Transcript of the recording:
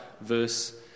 verse